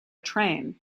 train